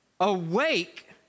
Awake